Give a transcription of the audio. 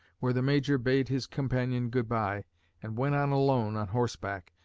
where the major bade his companion good-by and went on alone on horseback,